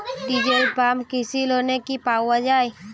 Diesel pump কৃষি লোনে কি পাওয়া য়ায়?